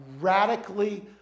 radically